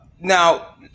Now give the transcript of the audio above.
Now